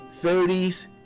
30s